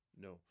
No